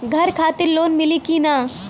घर खातिर लोन मिली कि ना?